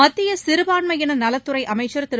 மத்திய சிறுபான்மையின நலத்துறை அமைச்சர் திரு